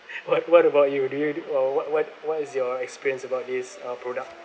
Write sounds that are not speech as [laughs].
[laughs] what what about you do you uh what what what is your experience about this uh product